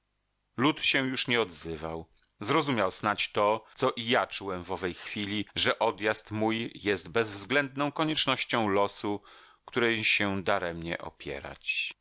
lud się już nie odzywał zrozumiał snadź to co i ja czułem w owej chwili że odjazd mój jest bezwzględną koniecznością losu której się daremnie opierać